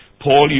Paul